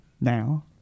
now